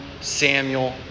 Samuel